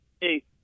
Hey